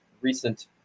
recent